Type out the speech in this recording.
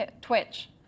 Twitch